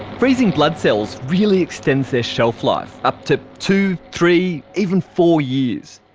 freezing blood cells really extends their shelf life, up to two, three, even for years.